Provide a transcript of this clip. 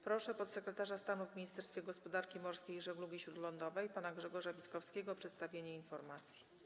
Proszę podsekretarza stanu w Ministerstwie Gospodarki Morskiej i Żeglugi Śródlądowej pana Grzegorza Witkowskiego o przedstawienie informacji.